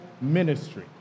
ministry